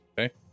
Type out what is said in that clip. Okay